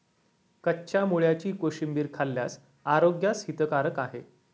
कच्च्या मुळ्याची कोशिंबीर खाल्ल्यास आरोग्यास हितकारक आहे